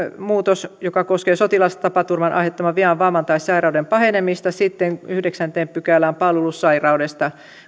muutos joka koskee sotilastapaturman aiheuttaman vian vamman tai sairauden pahenemista ja sitten yhdeksänteen pykälään palvelussairautta